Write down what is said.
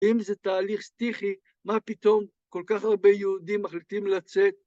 ‫אם זה תהליך סטיכי, מה פתאום ‫כל כך הרבה יהודים מחליטים לצאת?